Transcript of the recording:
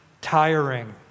tiring